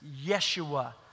Yeshua